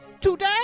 Today